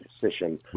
decision